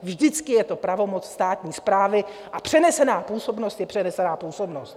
Vždycky je to pravomoc státní správy a přenesená působnost je přenesená působnost.